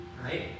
Right